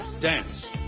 dance